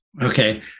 Okay